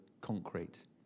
concrete